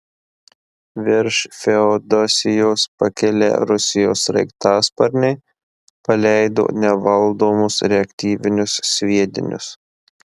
virš feodosijos pakilę rusijos sraigtasparniai paleido nevaldomus reaktyvinius sviedinius